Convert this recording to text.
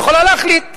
יכולה להחליט.